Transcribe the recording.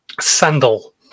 Sandal